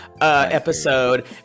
episode